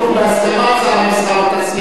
בהסכמת שר המסחר והתעשייה,